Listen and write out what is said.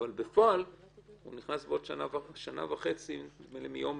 אבל בפועל הוא נכנס בעוד שנה וחצי נדמה לי מיום